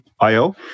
IO